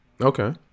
okay